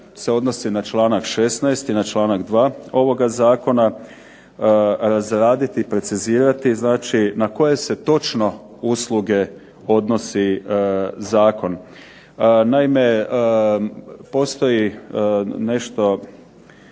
se odnosi na članak 16. i na članak 2. ovoga zakona, razraditi i precizirati znači na koje se točno usluge odnosi zakon. Naime, postoji nešto